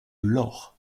l’or